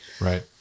Right